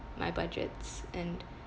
my budgets and